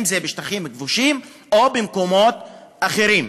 אם זה בשטחים כבושים או במקומות אחרים.